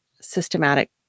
systematic